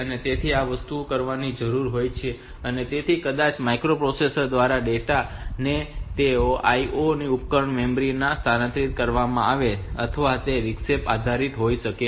તેથી ત્યાં આ વસ્તુઓ કરવાની જરૂર હોય છે તેથી કદાચ માઇક્રોપ્રોસેસર દ્વારા ડેટા ને એક IO માંથી ઉપકરણની મેમરી માં સ્થાનાંતરિત કરવામાં આવે છે અથવા તે વિક્ષેપ આધારિત હોઈ શકે છે